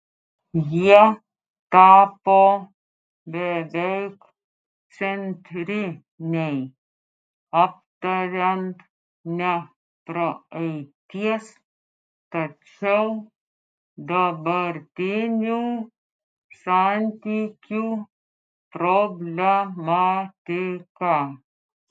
jie tapo beveik centriniai aptariant ne praeities tačiau dabartinių santykių problematiką